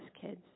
kids